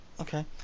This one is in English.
okay